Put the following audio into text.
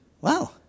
Wow